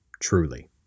truly